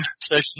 session